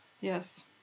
Yes